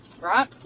right